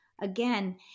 again